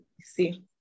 see